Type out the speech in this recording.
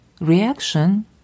reaction